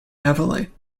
heavily